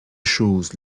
chose